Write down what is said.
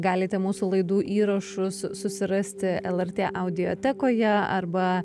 galite mūsų laidų įrašus susirasti lrt audiotekoje arba